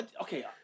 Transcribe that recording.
okay